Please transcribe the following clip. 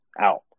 out